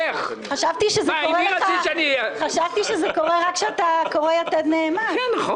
צריכים להחזיר למדינה 47 מיליון